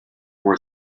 were